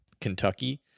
Kentucky